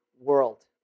world